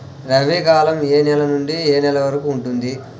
రబీ కాలం ఏ నెల నుండి ఏ నెల వరకు ఉంటుంది?